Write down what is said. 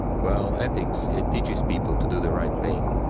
well, ethics, it teaches people to do the right thing,